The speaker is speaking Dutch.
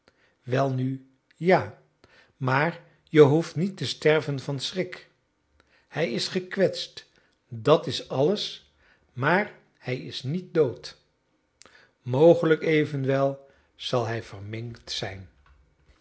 welnu ja maar je hoeft niet te sterven van schrik hij is gekwetst dat is alles maar hij is niet dood mogelijk evenwel zal hij verminkt zijn